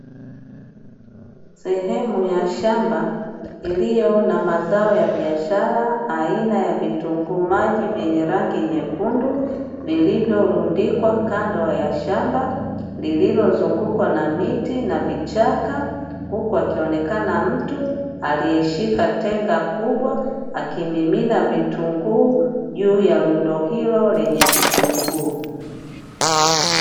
Sehemu ya shamba iliyo na mazao ya biashara aina ya vitunguu maji, vyenye rangi nyekundu vilivyorundikwa kando ya shamba lililozungukwa na miti na vichaka, huku akionekana mtu aliyeshika tenga kubwa akimimina vitunguu juu ya lundo hilo lenye vitunguu.